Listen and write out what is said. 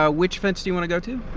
ah which fence you want to go to?